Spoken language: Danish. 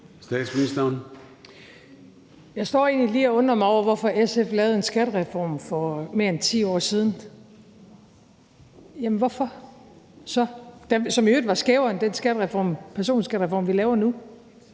Frederiksen): Jeg står egentlig lige og undrer mig over, hvorfor SF lavede en skattereform for mere end 10 år siden, som i øvrigt var skævere end den personskattereform, vi laver nu,